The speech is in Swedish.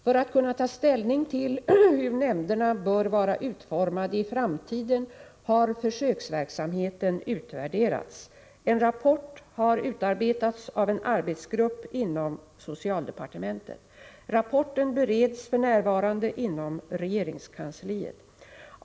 För att kunna ta ställning till hur nämnderna bör vara utformade i framtiden har försöksverksamheten utvärderats. En rapport har utarbetats av en arbetsgrupp inom socialdepartementet. Rapporten bereds f.n. inom regeringskansliet.